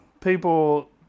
people